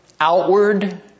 outward